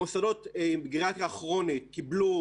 מוסדות עם גריאטריה כרונית קיבלו